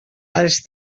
els